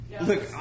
Look